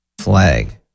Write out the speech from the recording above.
flag